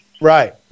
right